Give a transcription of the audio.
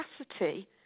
capacity